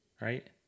right